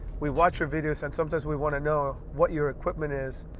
we watch your videos and sometimes we want to know what your equipment is.